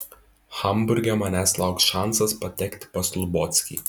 hamburge manęs lauks šansas patekti pas lubockį